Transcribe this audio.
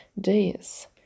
days